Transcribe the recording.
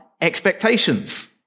expectations